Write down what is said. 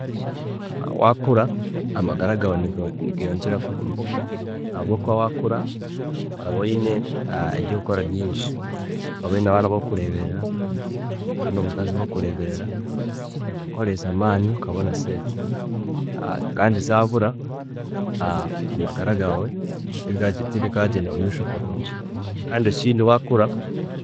Waakura, amagara gaawe ni- nigeyongyera kuguma ahabwokuba waakura nooba oyine ebyokukora bingi, oraba oyine abaana bokureeberera, oyine omukazi wokureeberera, oyine kukoreesa amaani kabona sente kandi zabura amagara gaawe, tiga tibikagyernda mumeisho kurungi. Kandi ekindi nwaakura